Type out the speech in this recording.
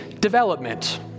development